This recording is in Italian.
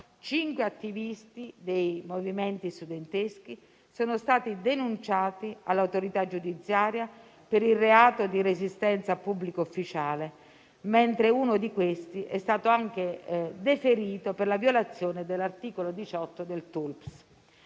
cinque attivisti dei movimenti studenteschi sono stati denunciati all'autorità giudiziaria per il reato di resistenza a pubblico ufficiale, mentre uno di questi è stato anche deferito per la violazione dell'articolo 18 del testo